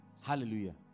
Hallelujah